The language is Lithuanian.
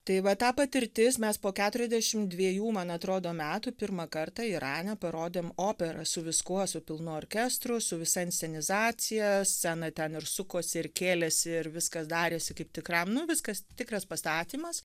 tai va ta patirtis mes po keturiasdešim dviejų man atrodo metų pirmą kartą irane parodėm operą su viskuo su pilnu orkestru su visa inscenizacija scena ten ir sukosi ir kėlėsi ir viskas darėsi kaip tikram nu viskas tikras pastatymas